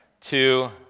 two